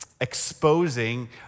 exposing